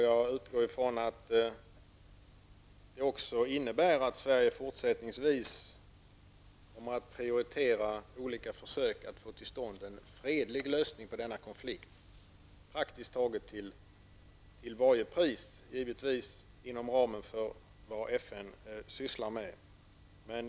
Jag utgår från att det också innebär att Sverige fortsättningsvis kommer att prioritera olika försök att få till stånd en fredlig lösning på denna konflikt praktiskt taget till varje pris, men givetvis inom ramen för vad FN sysslar med.